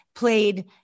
played